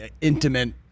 intimate